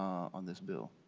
on this bill.